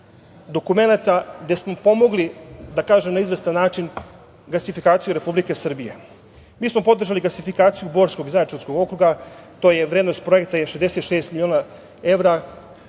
dokumenata gde smo pomogli, da kažem, na izvestan način gasifikaciju Republike Srbije. Mi smo podržali gasifikaciju Borskog i Zaječarskog okruga, vrednost projekta je 66 miliona evra,